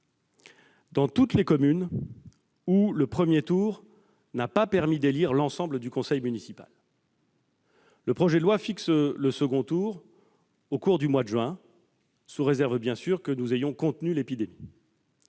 dans toutes les communes où le premier tour n'a pas permis d'élire l'ensemble du conseil municipal, le texte fixe la tenue du second tour au mois de juin, sous réserve bien sûr que nous ayons alors contenu l'épidémie.